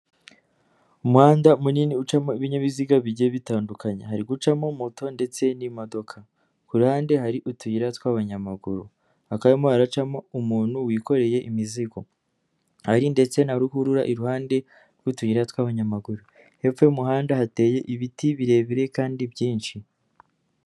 Umuhanda munini ucamo ibinyabiziga bigiye bitandukanye, hari gucamo moto ndetse n'imodoka, kurande hari utuyira tw'abanyamaguru, hakaba harimo haracamo umuntu wikoreye imizigo, hari ndetse na ruhurura iruhande rw'utuyira tw'abanyamaguru, hepfo y'umuhanda hateye ibiti birebire kandi byinshi.